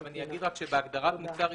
אני אגיד רק שבהגדרת מוצר עישון,